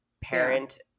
parent